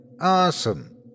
Awesome